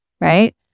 right